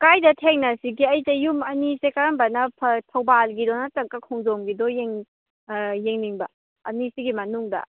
ꯀꯥꯏꯗ ꯊꯦꯡꯅꯁꯤꯒꯦ ꯑꯩꯁꯦ ꯌꯨꯝ ꯑꯅꯤꯁꯦ ꯀꯔꯝꯕꯅ ꯐꯩ ꯊꯧꯕꯥꯜꯒꯤꯗꯣ ꯅꯠꯇ꯭ꯔꯒ ꯈꯣꯡꯖꯣꯝꯒꯤꯗꯣ ꯌꯦꯡꯅꯤꯡꯕ ꯑꯅꯤꯁꯤꯒꯤ ꯃꯅꯨꯡꯗ